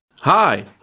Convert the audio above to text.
Hi